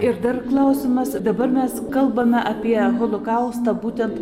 ir dar klausimas dabar mes kalbame apie holokaustą būtent